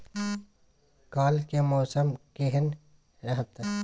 काल के मौसम केहन रहत?